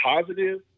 positive